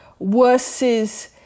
versus